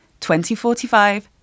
2045